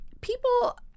people